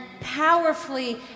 powerfully